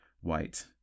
white